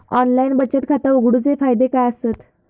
Online बचत खाता उघडूचे फायदे काय आसत?